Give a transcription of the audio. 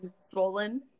swollen